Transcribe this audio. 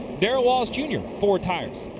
darrell wallace jr, four tires,